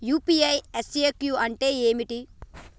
UPI FAQ అంటే ఏమిటి?